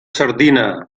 sardina